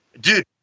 dude